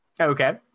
Okay